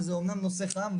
וזה אמנם נושא חם,